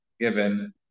given